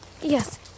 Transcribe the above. Yes